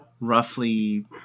roughly